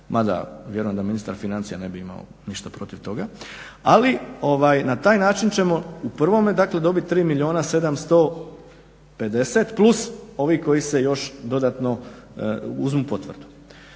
mada vjerujem da ministar financija ne bi imao ništa protiv toga, ali na taj način ćemo u prvome dobit 3 milijuna 750 plus ovi koji još dodatno uzmu potvrdu.